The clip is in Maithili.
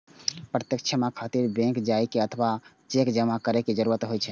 प्रत्यक्ष जमा खातिर बैंक जाइ के अथवा चेक जमा करै के जरूरत नै होइ छै